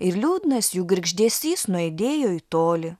ir liūdnas jų girgždesys nuaidėjo į tolį